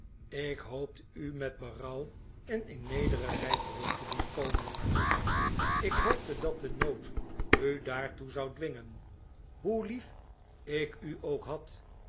ik hoopte u met berouw en in nederigheid terug te doen komen martini ik hoopte dat de nood u daartoe zou dwingen hoe lief ik u ook had